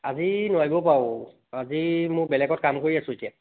আজি নোৱাৰিব পাৰো আজি মোৰ বেলেগত কাম কৰি আছোঁ এতিয়া